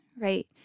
Right